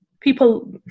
people